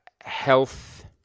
health